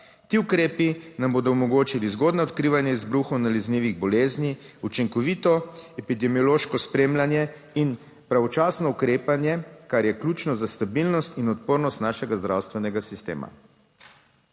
Ti ukrepi nam bodo omogočili zgodnje odkrivanje izbruhov nalezljivih bolezni, učinkovito epidemiološko spremljanje in pravočasno ukrepanje, kar je ključno za stabilnost in odpornost našega zdravstvenega sistema.